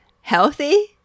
healthy